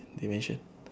they mention